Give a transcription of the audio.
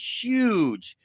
huge